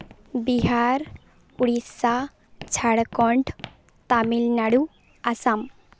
Bihar Odisha Jharkhand Tamil Nadu Assam